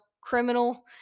criminal